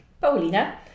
Paulina